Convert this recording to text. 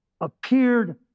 appeared